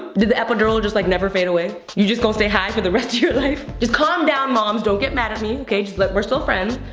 did the epidural just like never fade away? you just gonna stay high for the rest of your life? just calm down, moms, don't get mad at me, okay? just let, we're still friends.